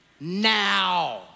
Now